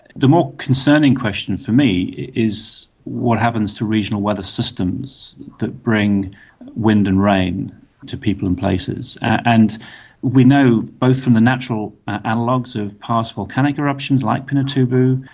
the more concerning question for me is what happens to regional weather systems that bring wind and rain to people and places. and we know, both from the natural analogues of past volcanic eruptions like pinatubo,